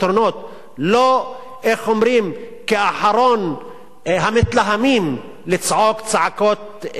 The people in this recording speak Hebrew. כאחרון המתלהמים לצעוק צעקות גזעניות ולהגיד: אחרי.